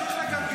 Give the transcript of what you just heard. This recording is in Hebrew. תמשיך לקלקל.